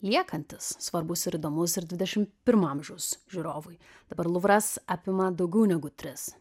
liekantis svarbus ir įdomus ir dvidešim pirmo amžiaus žiūrovui dabar luvras apima daugiau negu tris